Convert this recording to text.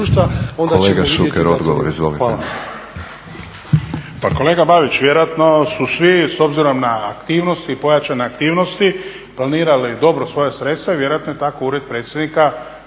Kolega Šuker odgovor. Izvolite.